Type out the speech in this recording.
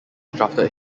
drafted